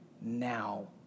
now